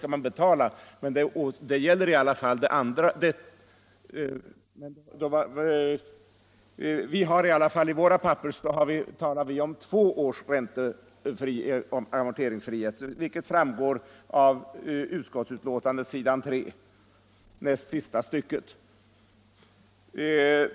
I våra papper talar vi i alla fall om två års räntefrihet, vilket framgår av näst sista stycket på s. 3 i utskottets betänkande.